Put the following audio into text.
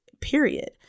period